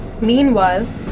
Meanwhile